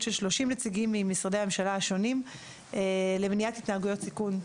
עם 30 נציגים ממשרדי ממשלה השונים למניעת התנהגויות סיכון.